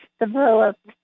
developed